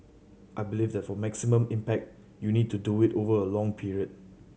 I believe that for maximum impact you need to do it over a long period